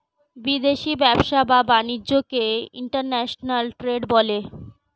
বিদেশি ব্যবসা বা বাণিজ্যকে ইন্টারন্যাশনাল ট্রেড বলে